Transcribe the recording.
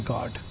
God